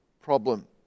problem